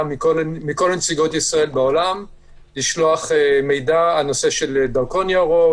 מכל נציגויות ישראל בעולם לשלוח מידע על נושא של דרכון ירוק,